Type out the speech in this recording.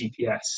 GPS